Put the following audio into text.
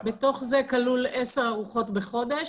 בתוך זה כלול 10 ארוחות בחודש.